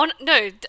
No